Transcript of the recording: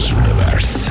universe